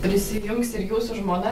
prisijungs ir jūsų žmona